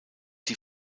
die